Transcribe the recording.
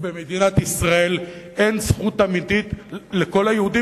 ובמדינת ישראל אין זכות אמיתית לכל היהודים,